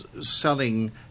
selling